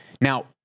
Now